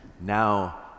Now